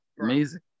Amazing